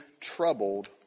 troubled